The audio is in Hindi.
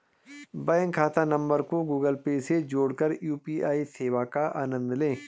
बैंक खाता नंबर को गूगल पे से जोड़कर यू.पी.आई सेवा का आनंद लें